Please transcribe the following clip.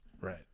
Right